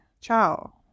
Ciao